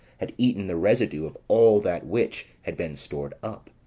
had eaten the residue of all that which had been stored up.